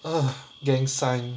uh gang sign